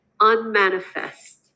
unmanifest